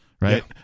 right